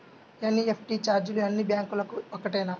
NEFT ఛార్జీలు అన్నీ బ్యాంక్లకూ ఒకటేనా?